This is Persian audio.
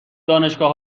دانشگاه